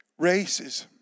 Racism